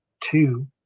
two